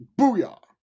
Booyah